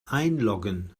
einloggen